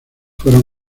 fueron